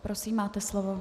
Prosím, máte slovo.